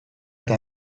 eta